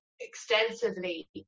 extensively